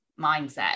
mindset